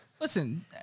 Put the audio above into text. listen